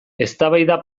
eztabaida